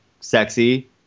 sexy